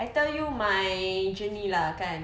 I tell you my journey lah kan